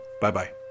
Bye-bye